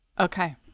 Okay